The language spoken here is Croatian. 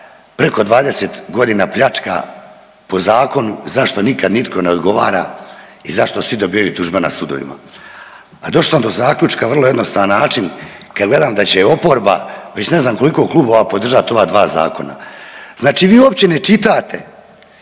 preko 20 godina pljačka po zakonu, zašto nikad nitko ne odgovara i zašto svi dobivaju tužbe na sudovima, a došao sam do zaključka na vrlo jednostavan način. Kad gledam da će oporba već ne znam koliko klubova podržati ova dva zakona, znači vi uopće ne čitate